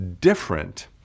different